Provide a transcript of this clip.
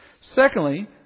Secondly